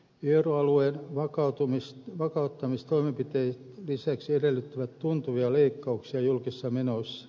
euroalueen vakauttamistoimenpiteet lisäksi edellyttävät tuntuvia leikkauksia julkisissa menoissa